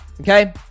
okay